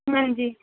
ਹਾਂਜੀ